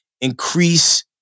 increase